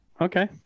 okay